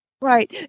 Right